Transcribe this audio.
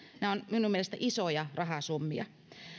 nämä ovat minun mielestäni isoja rahasummia